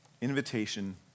invitation